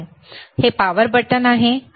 तर हे power button आहे